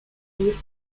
eve